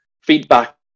feedback